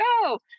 go